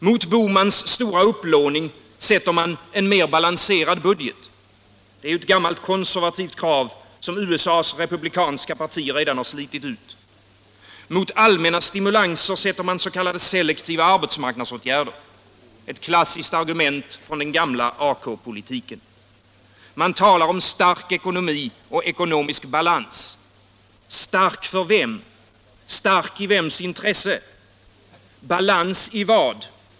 Mot herr Bohmans stora upplåning sätter man en mer balanserad budget — ett gammalt konservativt krav, som USA:s republikaner redan har slitit ut. Mot allmänna stimulanser sätter man s.k. selektiva arbetsmarknadsåtgärder — ett klassiskt argument från den gamla AK-politiken. Man talar om stark ekonomi och ekonomisk balans. Stark för vem? Stark i vems intresse? Balans i vad?